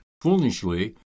foolishly